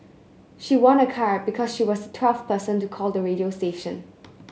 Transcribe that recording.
she won a car because she was twelfth person to call the radio station